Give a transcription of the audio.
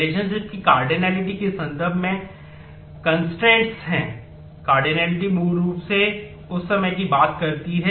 relationship E2 है